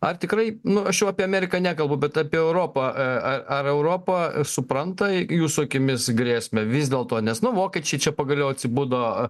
ar tikrai nu aš jau apie ameriką nekalbu bet apie europą a a ar europa supranta jūsų akimis grėsmę vis dėlto nes nu vokiečiai čia pagaliau atsibudo